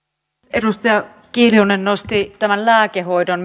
edustaja kiljunen nosti tämän lääkehoidon